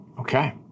Okay